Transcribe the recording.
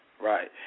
Right